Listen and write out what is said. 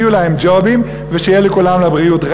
שיהיו להם ג'ובים ושיהיה לכולם לבריאות,